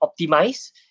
optimize